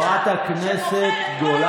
העבריין היחידי זה אתה,